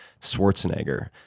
Schwarzenegger